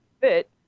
fit